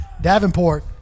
Davenport